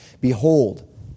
Behold